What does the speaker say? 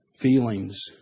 feelings